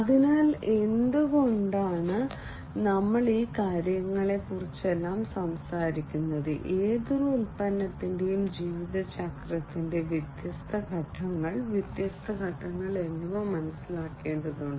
അതിനാൽ എന്തുകൊണ്ടാണ് നമ്മൾ ഈ കാര്യങ്ങളെക്കുറിച്ചെല്ലാം സംസാരിക്കുന്നത് ഏതൊരു ഉൽപ്പന്നത്തിന്റെയും ജീവിതചക്രത്തിന്റെ വ്യത്യസ്ത ഘട്ടങ്ങൾ വ്യത്യസ്ത ഘട്ടങ്ങൾ എന്നിവ മനസ്സിലാക്കേണ്ടതുണ്ട്